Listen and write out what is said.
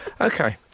Okay